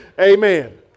Amen